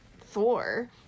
Thor